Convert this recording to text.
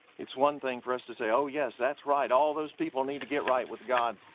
it's one thing for us to say oh yes, that's right, all those people need to get right with god,